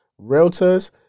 Realtors